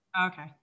Okay